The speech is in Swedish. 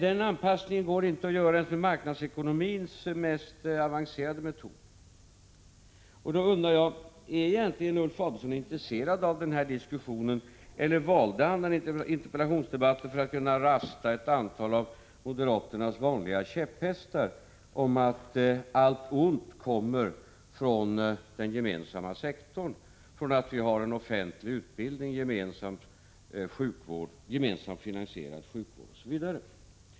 Den anpassningen går inte att göra ens med marknadsekonomins mest avancerade metod. Då undrar jag: Är egentligen Ulf Adelsohn intresserad av den här diskussionen, eller valde han en interpellationsdebatt för att kunna rasta ett antal av moderaternas vanliga käpphästar — att allt ont kommer från den gemensamma sektorn, från att vi har en offentlig utbildning, en gemensamt finansierad sjukvård osv?